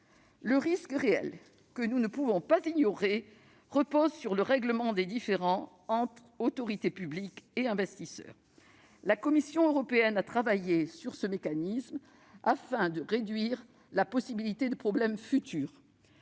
Le risque réel, que nous ne pouvons pas ignorer, repose sur le règlement des différends entre autorités publiques et investisseurs. La Commission européenne a travaillé sur ce mécanisme, afin de réduire la possibilité de problèmes à